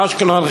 אשקלון,